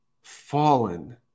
fallen